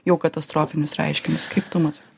jau katastrofinius reiškinius kaip tu matai